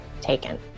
taken